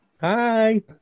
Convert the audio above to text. hi